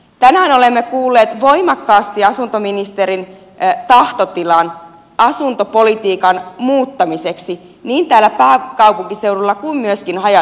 tänään olemme kuulleet voimakkaasti asuntoministerin tahtotilan asuntopolitiikan muuttamiseksi niin täällä pääkaupunkiseudulla kuin myöskin haja asutusalueella